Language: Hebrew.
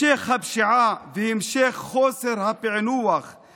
בהתאם למנגנון הקבוע בחוק,